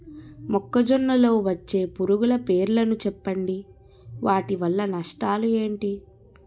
మొక్కజొన్న లో వచ్చే పురుగుల పేర్లను చెప్పండి? వాటి వల్ల నష్టాలు ఎంటి?